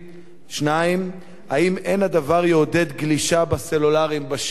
2. האם הדבר לא יעודד גלישה בסלולר בשיעורים?